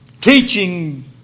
Teaching